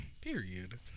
period